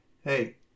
hey